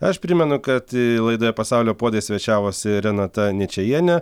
aš primenu kad laidoje pasaulio puodai svečiavosi renata ničajienė